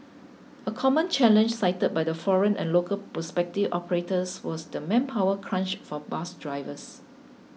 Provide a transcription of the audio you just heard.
a common challenge cited by the foreign and local prospective operators was the manpower crunch for bus drivers